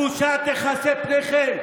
בושה תכסה פניכם.